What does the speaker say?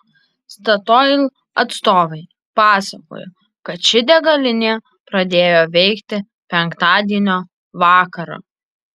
statoil atstovai pasakojo kad ši degalinė pradėjo veikti penktadienio vakarą